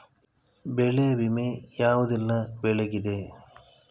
ಬೆಳೆ ವಿಮೆ ಯಾವುದೆಲ್ಲ ಬೆಳೆಗಿದೆ?